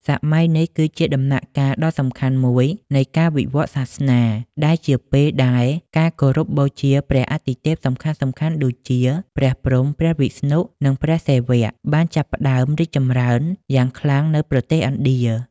សម័យនេះគឺជាដំណាក់កាលដ៏សំខាន់មួយនៃការវិវឌ្ឍន៍សាសនា ដែលជាពេលដែលការគោរពបូជាព្រះអាទិទេពសំខាន់ៗដូចជា ព្រះព្រហ្ម ព្រះវិស្ណុ និងព្រះសិវៈ បានចាប់ផ្ដើមរីកចម្រើនយ៉ាងខ្លាំងនៅប្រទេសឥណ្ឌា។